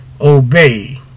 obey